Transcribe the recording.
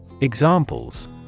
Examples